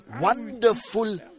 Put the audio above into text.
wonderful